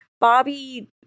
Bobby